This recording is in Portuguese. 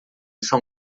são